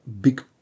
big